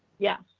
yeah.